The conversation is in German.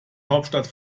hauptstadt